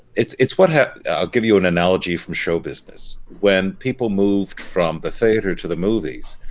it's it's what happened. i'll give you an analogy from show business when people moved from the theater to the movies,